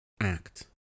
act